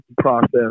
process